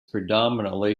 predominantly